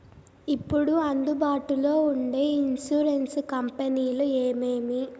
ఇప్పుడు అందుబాటులో ఉండే ఇన్సూరెన్సు కంపెనీలు ఏమేమి?